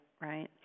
right